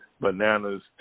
bananas